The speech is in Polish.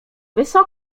bardzo